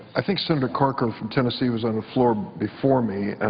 i think senator corker from tennessee was on the floor before me.